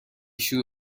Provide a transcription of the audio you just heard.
شروع